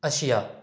اشیاء